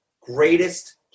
greatest